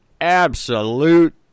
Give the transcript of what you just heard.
absolute